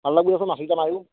ভাল লাগিব দেচোন মাছ গিটা মাৰিও